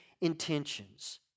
intentions